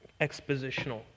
expositional